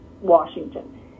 Washington